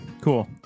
cool